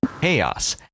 chaos